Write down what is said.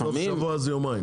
סופשבוע זה יומיים.